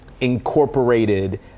incorporated